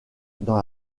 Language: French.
dans